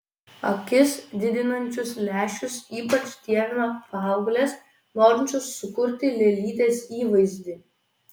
akis didinančius lęšius ypač dievina paauglės norinčios sukurti lėlytės įvaizdį